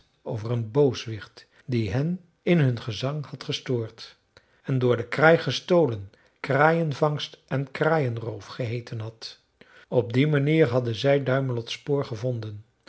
over een booswicht die hen in hun gezang had gestoord en door de kraai gestolen kraaienvangst en kraaienroof geheeten had op die manier hadden zij duimelot's spoor gevonden